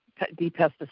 depesticide